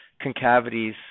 Concavities